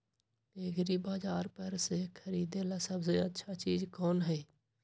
एग्रिबाजार पर से खरीदे ला सबसे अच्छा चीज कोन हई?